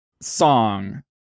song